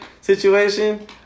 situation